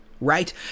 right